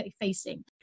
facing